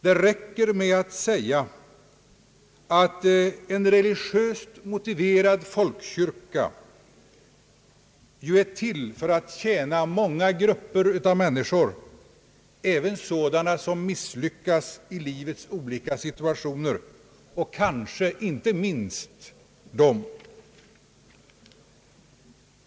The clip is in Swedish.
Det räcker med att säga att en religiöst motiverad folkkyrka ju är till för att tjäna många grupper av människor, även sådana som misslyckas i livets olika situationer och kanske inte minst dem.